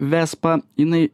vespa jinai